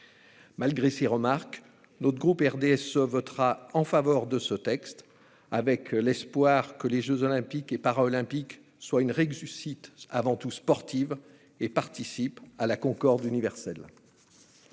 Malgré ces remarques, le groupe RDSE votera en faveur de ce texte, avec l'espoir que les jeux Olympiques et Paralympiques soient une réussite avant tout sportive et participent à la concorde universelle.